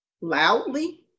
loudly